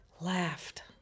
laughed